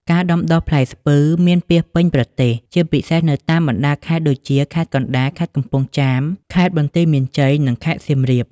ការដាំដុះផ្លែស្ពឺមានពាសពេញប្រទេស ជាពិសេសនៅតាមបណ្ដាខេត្តដូចជា ខេត្តកណ្ដាល ខេត្តកំពង់ចាម ខេត្តបន្ទាយមានជ័យ និងខេត្តសៀមរាប។